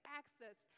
access